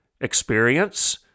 Experience